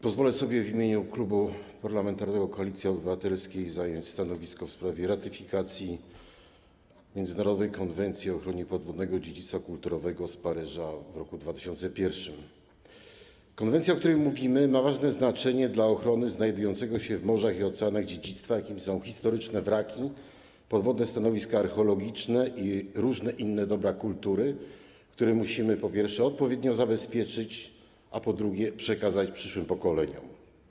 Pozwolę sobie w imieniu Klubu Parlamentarnego Koalicja Obywatelska zająć stanowisko w sprawie ratyfikacji międzynarodowej Konwencji o ochronie podwodnego dziedzictwa kulturowego, przyjętej w Paryżu w 2001 r. Konwencja, o której mówimy, ma istotne znaczenie dla ochrony znajdującego się w morzach i oceanach dziedzictwa, jakim są historyczne wraki, podwodne stanowiska archeologiczne i różne inne dobra kultury, które musimy po pierwsze odpowiednio zabezpieczyć, a po drugie - przekazać przyszłym pokoleniom.